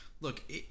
Look